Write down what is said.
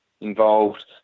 involved